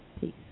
Peace